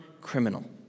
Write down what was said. criminal—